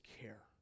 care